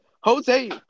Jose